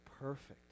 perfect